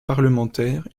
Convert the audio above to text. parlementaire